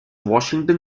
washington